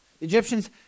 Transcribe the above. Egyptians